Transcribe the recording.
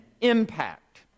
impact